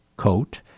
Coat